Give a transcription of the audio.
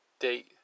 date